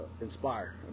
inspire